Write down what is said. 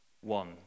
one